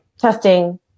testing